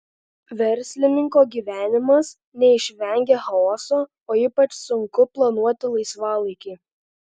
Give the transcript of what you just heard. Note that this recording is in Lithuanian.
verslininko gyvenimas neišvengia chaoso o ypač sunku planuoti laisvalaikį